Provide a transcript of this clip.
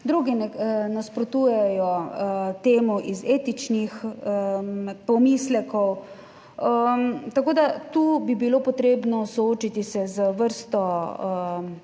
drugi nasprotujejo temu iz etičnih pomislekov. Tako da tu bi bilo potrebno soočiti se z vrsto